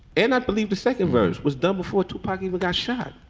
and i believe the second verse was done before two people got shot.